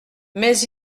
mais